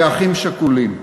כאחים שכולים.